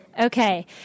Okay